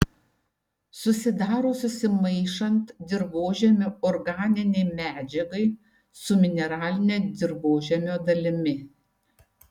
susidaro susimaišant dirvožemio organinei medžiagai su mineraline dirvožemio dalimi